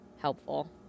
helpful